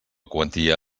quantia